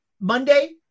Monday